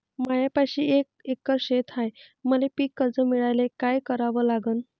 मायापाशी एक एकर शेत हाये, मले पीककर्ज मिळायले काय करावं लागन?